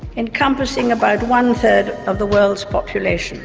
encompassing about one-third of the world's population